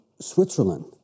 Switzerland